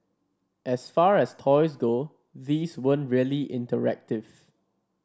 as far as toys go these weren't really interactive